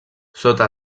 sota